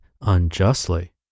unjustly